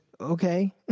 Okay